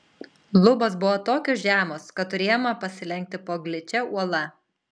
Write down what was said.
lubos buvo tokios žemos kad turėjome pasilenkti po gličia uola